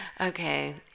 Okay